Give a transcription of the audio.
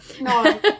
no